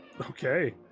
okay